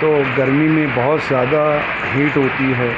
تو گرمی میں بہت زیادہ ہیٹ ہوتی ہے